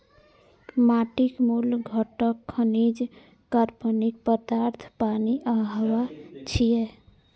माटिक मूल घटक खनिज, कार्बनिक पदार्थ, पानि आ हवा छियै